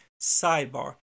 Sidebar